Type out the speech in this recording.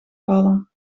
vallen